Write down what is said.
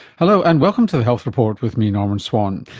hello and welcome to the health report with me, norman swan.